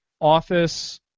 Office